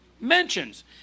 mentions